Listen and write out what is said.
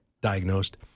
diagnosed